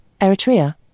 Eritrea